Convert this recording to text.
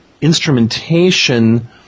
Instrumentation